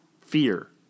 Fear